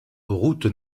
rte